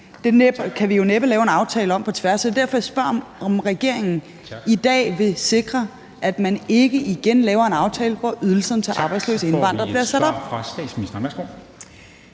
Det kan jo vi næppe lave en aftale om på tværs, og det er derfor, jeg spørger, om regeringen i dag vil garantere, at man ikke igen laver en aftale, hvor ydelserne til arbejdsløse indvandrere